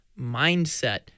mindset